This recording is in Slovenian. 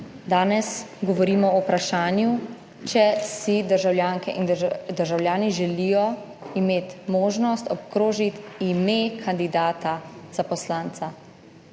danes govorimo o vprašanju, če si državljanke in državljani želijo imeti možnost obkrožiti ime kandidata za poslanca.